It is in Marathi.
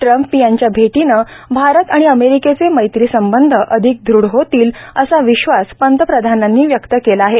ट्रम्प यांच्या भेटीनं भारत आणि अमेरिकेचे मैत्रीसंबंध अधिक दृढ होतील असा विश्वास पंतप्रधानांनी व्यक्त केला आहे